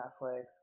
Netflix